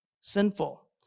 sinful